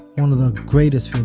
one of the greatest